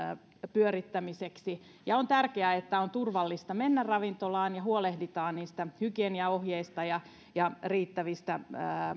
pyörittämiseksi on tärkeää että on turvallista mennä ravintolaan ja että huolehditaan niistä hygieniaohjeista ja ja riittävistä